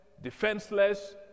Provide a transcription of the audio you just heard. defenseless